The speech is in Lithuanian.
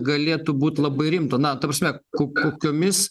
galėtų būti labai rimtų na ta prasme ko kokiomis